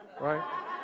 right